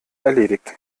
erledigt